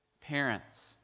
Parents